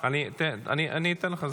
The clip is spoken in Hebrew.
אני אתן לך,